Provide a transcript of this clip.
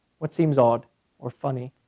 what seems odd or funny?